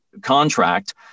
contract